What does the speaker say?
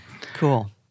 cool